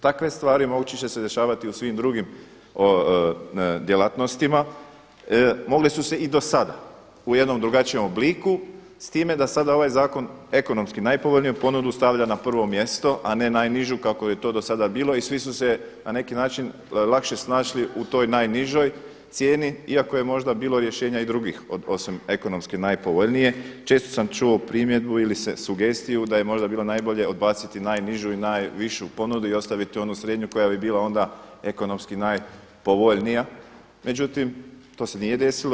Takve stvari moći će se dešavati u svim drugim djelatnostima, mogle su se i do sada u jednom drugačijem obliku s time da sada ovaj zakon ekonomski najpovoljniju ponudu stavlja na prvo mjesto a ne najnižu kako je to do sada bilo i svi su se na neki način lakše snašli u toj najnižoj cijeni iako je možda bilo rješenja i drugih osim ekonomski napovoljnije, često sam čuo primjedbu ili sugestiju da je možda bilo najbolje odbaciti najnižu i najvišu ponudu i ostaviti onu srednju koja bi bila onda ekonomski najpovoljnija Međutim to se nije desilo.